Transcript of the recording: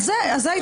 על זה ההתעקשות.